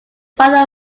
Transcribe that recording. father